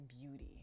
beauty